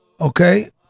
Okay